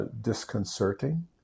disconcerting